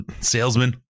Salesman